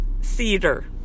cedar